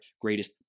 greatest